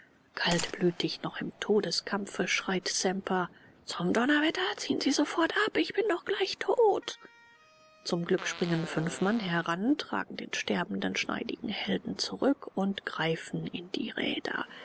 kaltblütig noch im todeskampfe schreit semper zum donnerwetter ziehen sie sofort ab ich bin doch gleich tot zum glück springen fünf mann heran tragen den sterbenden schneidigen helden zurück und greifen in die räder